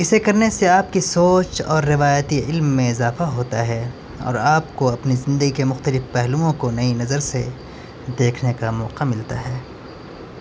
اسے کرنے سے آپ کی سوچ اور روایتی علم میں اضافہ ہوتا ہے اور آپ کو اپنی زندگی کے مختلف پہلوؤں کو نئی نظر سے دیکھنے کا موقع ملتا ہے